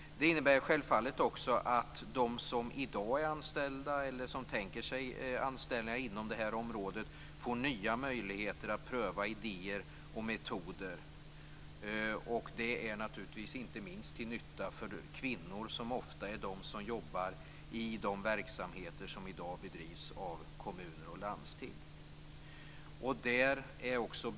Det innebär självfallet också att de som i dag är anställda eller som tänker sig anställningar inom det här området får nya möjligheter att pröva nya idéer och metoder. Det är naturligtvis inte minst till nytta för kvinnor som ofta är de som jobbar i de verksamheter som i dag bedrivs av kommuner och landsting.